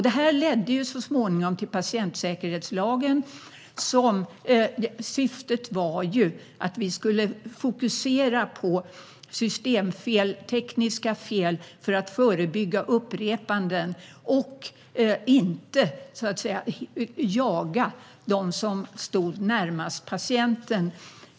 Det här ledde så småningom till patientsäkerhetslagen, och syftet var att vi skulle fokusera på systemfel, tekniska fel, för att förebygga upprepanden och inte jaga dem som stod närmast patienten.